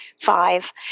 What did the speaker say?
five